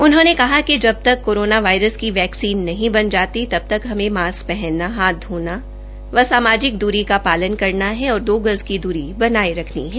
उन्होंने कहा कि जबतक कोरोना वायरस की वैक्सीन नहीं बन जाती तब तक हमें मास्क हनना हाथ धोना व सामाजिक द्वरी का शालन करना है और दो गज की द्री बनाये रखनी है